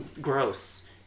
gross